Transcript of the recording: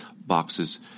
boxes